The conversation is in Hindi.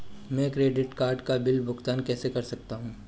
मैं क्रेडिट कार्ड बिल का भुगतान कैसे कर सकता हूं?